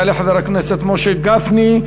יעלה חבר הכנסת משה גפני,